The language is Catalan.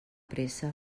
pressa